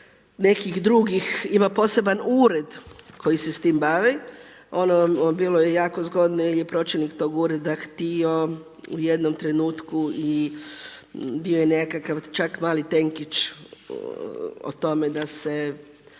nekih drugih ima poseban ured koji se s tim bavi, ono, bilo je jako zgodno jer je pročelnik tog ureda htio u jednom trenutku i bio je nekakav čak mali .../Govornik se